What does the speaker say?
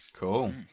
Cool